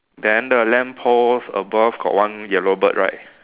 then the lamppost above got one yellow bird right